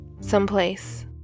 someplace